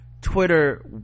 twitter